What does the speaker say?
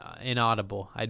inaudible